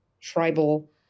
tribal